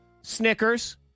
Snickers